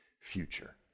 future